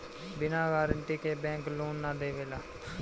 बिना गारंटी के bank loan ना देवेला